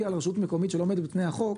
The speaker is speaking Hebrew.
על רשות מקומית שלא עומדת בפני החוק,